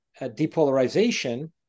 depolarization